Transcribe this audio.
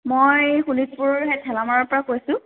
মই শোণিতপুৰৰ সেই ঠেলামাৰাৰ পৰা কৈছোঁ